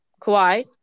Kawhi